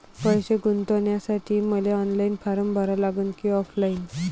पैसे गुंतन्यासाठी मले ऑनलाईन फारम भरा लागन की ऑफलाईन?